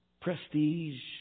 prestige